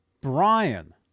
Brian